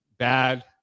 Bad